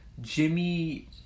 Jimmy